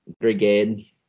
brigade